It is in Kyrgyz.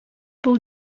бул